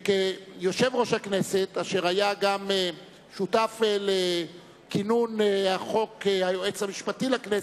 שכיושב-ראש הכנסת אשר היה גם שותף לכינון חוק היועץ המשפטי לכנסת,